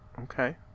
Okay